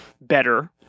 better